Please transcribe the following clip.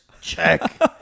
check